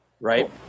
Right